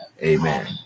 amen